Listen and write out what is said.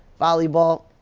volleyball